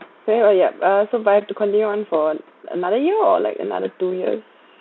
I see yup uh so do I have to continue on for another year or like another two years